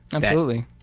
absolutely.